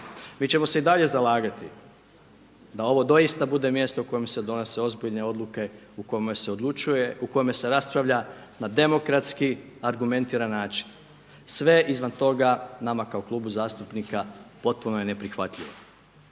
Mi ćemo se i dalje zalagati da ovo doista bude mjesto u kojem se donose ozbiljne odluke u kojima se odlučuje, u kojima se raspravlja na demokratski, argumentiran način. Sve izvan toga nama kao klubu zastupnika potpuno je neprihvatljivo.